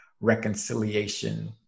reconciliation